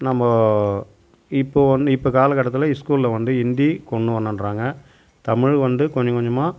நம்ப இப்போ வந்து இப்போ காலக்கட்டத்தில் ஸ்கூலில் வந்து இந்தி கொண்ணு வரணும்ன்றாங்க தமிழ்வந்து கொஞ்சம் கொஞ்சமாக